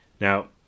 Now